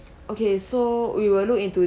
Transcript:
okay so we will look into